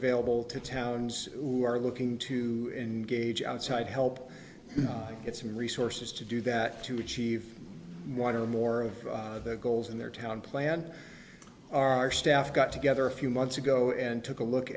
available to towns who are looking to engage outside help get some resources to do that to achieve one or more of the goals in their town plan our staff got together a few months ago and took a look